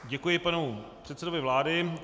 Děkuji panu předsedovi vlády.